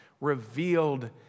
revealed